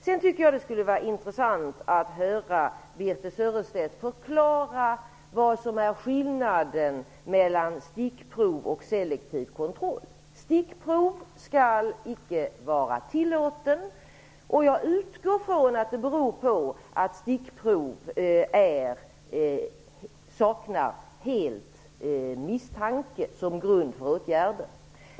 Sedan tycker jag att det skulle vara intressant att höra Birthe Sörestedt förklara vad som är skillnaden mellan stickprov och selektiv kontroll. Stickprov skall icke vara tillåtet, och jag utgår från att det beror på att stickprov helt saknar misstanke som grund för åtgärden.